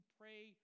pray